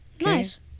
Nice